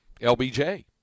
LBJ